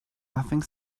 nothing